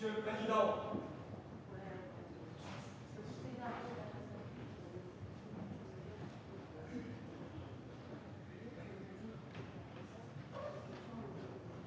monsieur le président,